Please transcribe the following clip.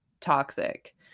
toxic